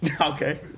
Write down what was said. Okay